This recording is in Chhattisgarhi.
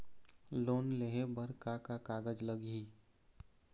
लोन लेहे बर का का कागज लगही?